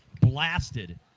blasted